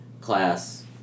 class